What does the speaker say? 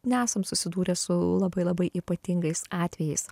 nesam susidūrę su labai labai ypatingais atvejais